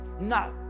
No